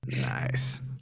Nice